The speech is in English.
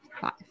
five